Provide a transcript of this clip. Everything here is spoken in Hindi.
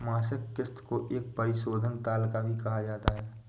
मासिक किस्त को एक परिशोधन तालिका भी कहा जाता है